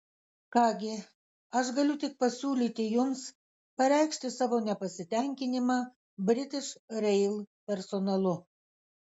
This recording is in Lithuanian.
ką gi aš galiu tik pasiūlyti jums pareikšti savo nepasitenkinimą british rail personalu